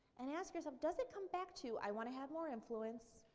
and ask yourself does it come back to i want to have more influence,